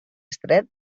estret